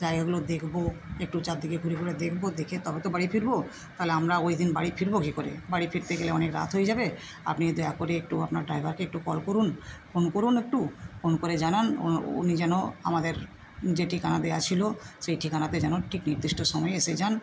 জায়গাগুলো দেখবো একটু চারদিকে ঘুরে ঘুরে দেখবো দেখে তবে তো বাড়ি ফিরবো তাহলে আমরা ওই দিন বাড়ি ফিরবো কি করে বাড়ি ফিরতে গেলে অনেক রাত হয়ে যাবে আপনি দয়া করে একটু আপনার ড্রাইভারকে একটু কল করুন ফোন করুন একটু ফোন করে জানান উনি যেন আমাদের যে ঠিকানা দেওয়া ছিলো সেই ঠিকানাতে যেন ঠিক নির্দিষ্ট সময়ে এসে যান